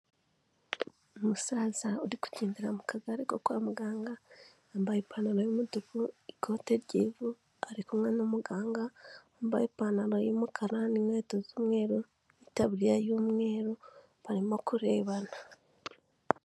Umusaza uri kugendera mu kagare ko kwa muganga yambaye ipantaro y'umutuku, ikote ry'ivu ari kumwe n'umuganga wambaye ipantaro y'umukara n'inkweto z'umweru n'itabariya y'umweru barimo kurebana.